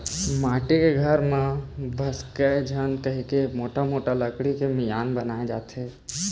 माटी के घर ह भोसकय झन कहिके मोठ मोठ लकड़ी के मियार बनाए जाथे